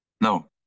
No